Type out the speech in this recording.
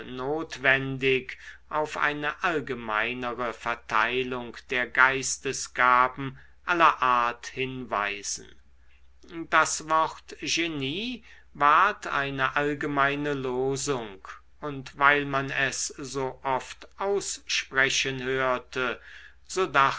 notwendig auf eine allgemeinere verteilung der geistesgaben aller art hinweisen das wort genie ward eine allgemeine losung und weil man es so oft aussprechen hörte